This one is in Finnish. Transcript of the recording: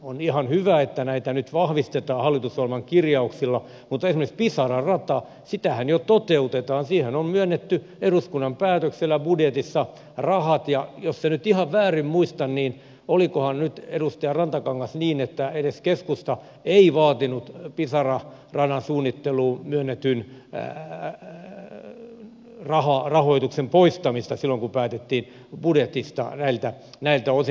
on ihan hyvä että näitä nyt vahvistetaan hallitusohjelman kirjauksilla mutta esimerkiksi pisara rataahan jo toteutetaan siihenhän on myönnetty eduskunnan päätöksellä budjetissa rahat ja jos en nyt ihan väärin muista niin olikohan nyt edustaja rantakangas niin että edes keskusta ei vaatinut pisara radan suunnitteluun myönnetyn rahoituksen poistamista silloin kun päätettiin budjetista näiltä osin